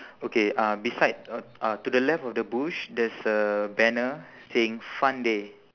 okay uh beside uh uh to the left of the bush there's a banner saying fun day